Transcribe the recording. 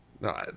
No